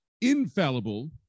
infallible